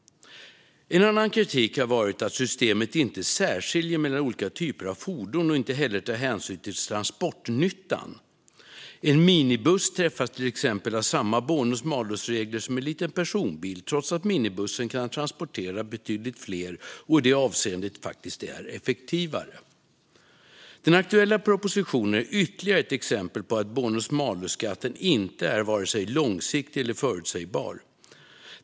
En annan kritik har varit att systemet inte särskiljer mellan olika typer av fordon och inte heller tar hänsyn till transportnyttan. En minibuss träffas till exempel av samma bonus malus-regler som en liten personbil, trots att minibussen kan transportera betydligt fler och i det avseendet faktiskt är effektivare. Den aktuella propositionen är ytterligare ett exempel på att bonus malus-skatten inte är vare sig långsiktig eller förutsägbar.